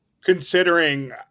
considering